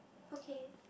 okay